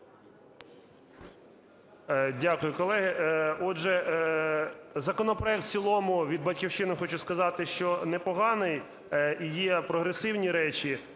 Дякую, колеги. Отже, законопроект в цілому, від "Батьківщини" хочу сказати, що не поганий і є прогресивні речі.